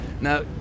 Now